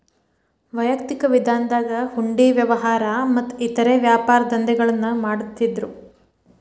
ವೈಯಕ್ತಿಕ ವಿಧಾನದಾಗ ಹುಂಡಿ ವ್ಯವಹಾರ ಮತ್ತ ಇತರೇ ವ್ಯಾಪಾರದಂಧೆಗಳನ್ನ ಮಾಡ್ತಿದ್ದರು